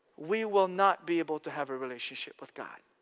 we will not be able to have a relationship with god,